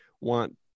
want